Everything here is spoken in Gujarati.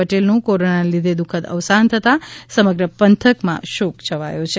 પટેલ નું કોરોના ને લીધે દુખદ અવસાન થતાં સમગ્ર પંથક માં શોક છવાયો છે